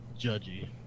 judgy